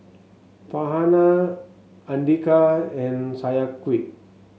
Farhanah Andika and